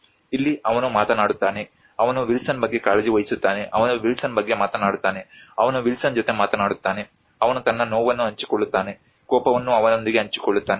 ಇಲ್ಲಿ ಅವನು ಮಾತನಾಡುತ್ತಾನೆ ಅವನು ವಿಲ್ಸನ್ ಬಗ್ಗೆ ಕಾಳಜಿ ವಹಿಸುತ್ತಾನೆ ಅವನು ವಿಲ್ಸನ್ ಬಗ್ಗೆ ಮಾತನಾಡುತ್ತಾನೆ ಅವನು ವಿಲ್ಸನ್ ಜೊತೆ ಮಾತಾಡುತ್ತಾನೆ ಅವನು ತನ್ನ ನೋವನ್ನು ಹಂಚಿಕೊಳ್ಳುತ್ತಾನೆ ಕೋಪವನ್ನು ಅವನೊಂದಿಗೆ ಹಂಚಿಕೊಳ್ಳುತ್ತಾನೆ